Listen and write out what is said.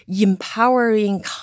empowering